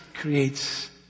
creates